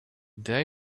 day